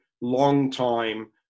long-time